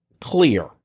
clear